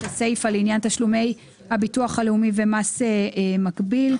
הסיפה לעניין תשלומי הביטוח הלאומי ומס מקביל.